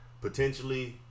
potentially